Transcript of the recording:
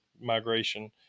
migration